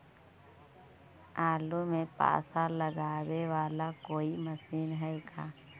आलू मे पासा लगाबे बाला कोइ मशीन है का?